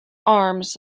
arms